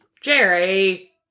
Jerry